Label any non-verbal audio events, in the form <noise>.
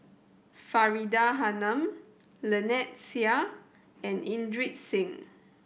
Faridah Hanum Lynnette Seah and <unintelligible> Singh